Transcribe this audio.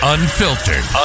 Unfiltered